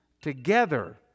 together